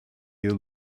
you